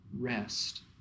rest